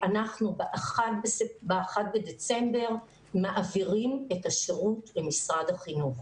ב-1 בדצמבר אנחנו מעבירים את השירות למשרד החינוך,